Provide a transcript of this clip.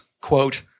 quote